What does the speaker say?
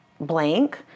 blank